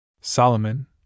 Solomon